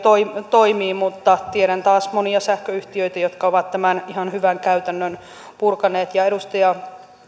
toimii mutta tiedän taas monia sähköyhtiöitä jotka ovat tämän ihan hyvän käytännön purkaneet ja edustaja